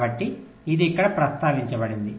కాబట్టి ఇది ఇక్కడ ప్రస్తావించబడింది